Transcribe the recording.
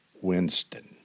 Winston